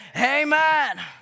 amen